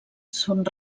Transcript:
són